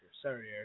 Sorry